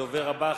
הדובר הבא,